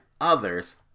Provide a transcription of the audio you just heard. others